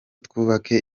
twubake